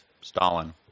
Stalin